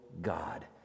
God